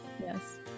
yes